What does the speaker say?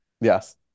yes